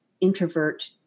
introvert